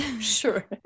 Sure